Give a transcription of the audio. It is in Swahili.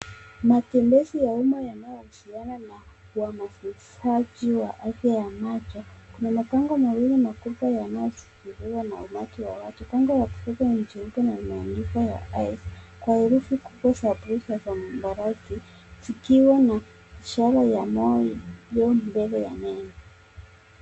Matembezini ya umma yanayo husiana na uhamasishaji wa afya ya macho. Kuna mabango wawili makubwa yanayo shikiliwa na umati wa watu. Bango la kushoto ni jeupe na matandiko ya your eyes kwa herufi kubwa za samawati zikiwa na ishara ya moyo ikiwa mbele ya neno.